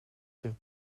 zich